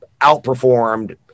outperformed